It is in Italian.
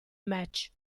match